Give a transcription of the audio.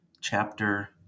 chapter